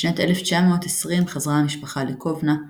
בשנת 1920 חזרה המשפחה לקובנה,